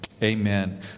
Amen